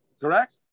Correct